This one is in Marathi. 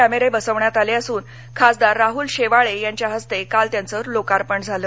कॅमेरे बसवण्यात आले असून खासदार राहल शेवाळे यांच्या हस्ते काल त्याचं लोकार्पण झालं